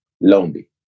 Lonely